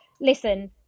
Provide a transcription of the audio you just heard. Listen